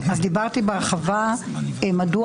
דיברתי בהרחבה מדוע